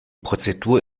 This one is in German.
prozedur